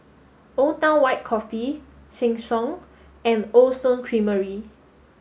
Old Town White Coffee Sheng Siong and Cold Stone Creamery